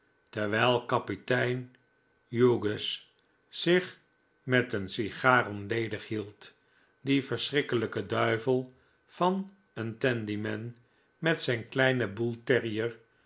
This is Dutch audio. terwijl kapitein hugues zich met een sigaar onledig hield die verschrikkelijke duivel van een tandyman met zijn kleinen